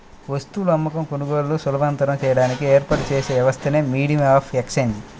వస్తువుల అమ్మకం, కొనుగోలులను సులభతరం చేయడానికి ఏర్పాటు చేసిన వ్యవస్థే మీడియం ఆఫ్ ఎక్సేంజ్